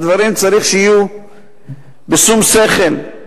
צריך שהדברים יהיו בשום שכל,